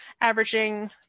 averaging